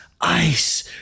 Ice